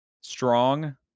strong